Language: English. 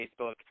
Facebook